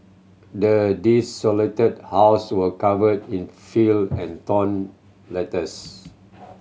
the desolated house were covered in filth and torn letters